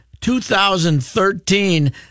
2013